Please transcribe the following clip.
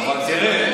אבל תראה,